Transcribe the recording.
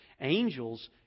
Angels